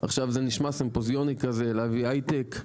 עכשיו זה נשמע סימפוזיוני כזה להביא הייטק.